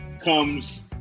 comes